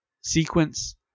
sequence